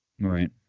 Right